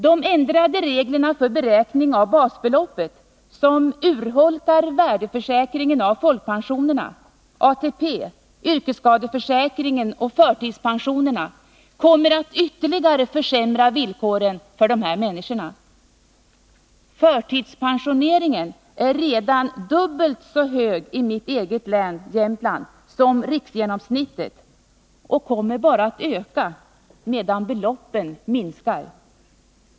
De ändrade reglerna för beräkning av basbeloppet, som urholkar värdesäkringen av folkpensionerna, ATP, yrkesskadeförsäkringen och förtidspensionerna, kommer att ytterligare försämra villkoren för dessa människor. Förtidspensioneringen är redan dubbelt så stor i mitt eget län, Jämtlands län, som riksgenomsnittet och kommer bara att öka, medan beloppen minskar.